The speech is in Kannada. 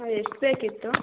ಆಂ ಎಷ್ಟು ಬೇಕಿತ್ತು